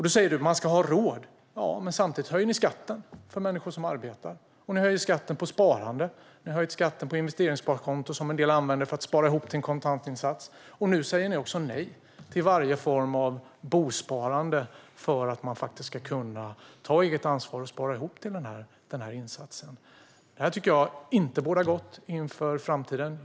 Du säger att man ska ha råd, Janine Alm Ericson, men samtidigt höjer ni skatten för människor som arbetar. Ni höjer skatten på sparande, och ni har höjt skatten på det investeringssparkonto som en del använder för att spara ihop till en kontantinsats. Nu säger ni också nej till varje form av bosparande för att människor ska kunna ta eget ansvar och spara ihop till insatsen. Detta bådar inte gott för framtiden.